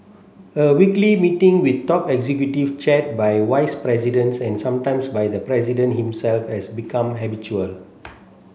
a weekly meeting with top executives chaired by vice presidents and sometimes by the president himself has become habitual